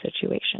situation